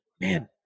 man